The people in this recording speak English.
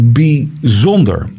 bijzonder